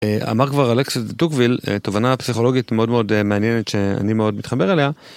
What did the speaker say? אמר כבר אלכסיס דה טוקוויל, תובנה פסיכולוגית מאוד מאוד מעניינת שאני מאוד מתחבר אליה.